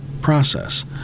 process